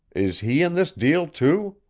is he in this deal, too?